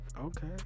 Okay